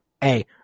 hey